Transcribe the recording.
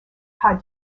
pas